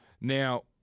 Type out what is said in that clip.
Now